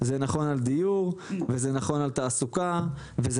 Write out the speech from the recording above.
זה נכון על דיור וזה נכון על תעסוקה וזה